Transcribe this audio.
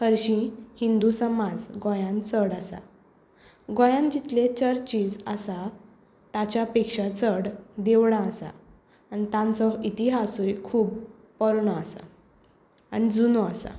हरशीं हिंदू समाज गोंयांत चड आसा गोंयांत जितले चर्चीज आसा ताच्या पेक्षा चड देवळां आसात आनी तांचो इतिहासूय खूब पोरणो आसा आनी जुनो आसा